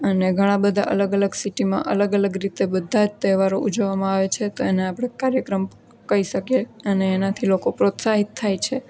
અને ઘણા બધા અલગ અલગ સિટીમાં અલગ અલગ રીતે બધા જ તહેવારો ઉજવામાં આવે છે તો એને આપણે કાર્યક્રમ કહી શકીએ અને એનાથી લોકો પ્રોત્સાહિત થાય છે